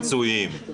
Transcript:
לרשום רכיב פיצויים.